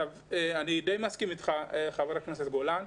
אני מסכים אתך, חבר הכנסת גולן,